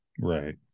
Right